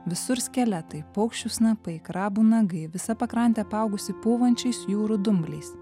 visur skeletai paukščių snapai krabų nagai visa pakrantė apaugusi pūvančiais jūrų dumbliais